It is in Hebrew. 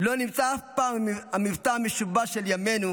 לא נמצא אף פעם המבטא המשובש של ימינו"